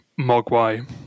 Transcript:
mogwai